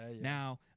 Now